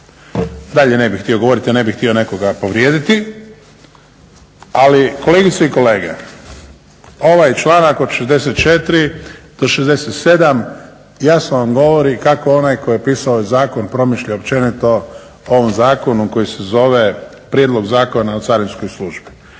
dalje ne bih htio govoriti jer ne bih htio nekoga povrijediti. Ali kolegice i kolege, ovaj članak od 64. do 67. jasno vam govori kako onaj koji je pisao zakon promišlja općenito o ovom zakonu koji se zove Prijedlog zakona o carinskoj službi.